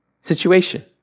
situation